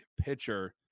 pitcher